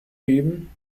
geben